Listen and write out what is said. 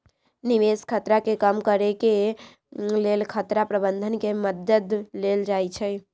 निवेश खतरा के कम करेके लेल खतरा प्रबंधन के मद्दत लेल जाइ छइ